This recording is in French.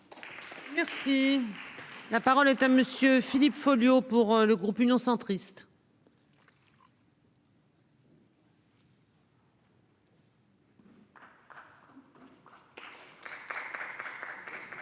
Merci. La parole est à monsieur Philippe Folliot. Pour le groupe Union centriste.